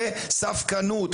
לספקנות.